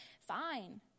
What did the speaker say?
fine